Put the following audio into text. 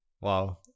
wow